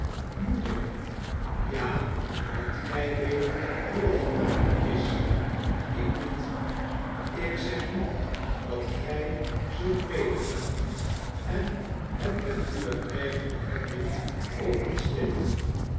moet ik ja want gij weet hoe het gemaakt is en ik niet ik zeg nu dat gij zult medegaan en het met uwe eigene handen opensteken